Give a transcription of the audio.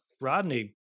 Rodney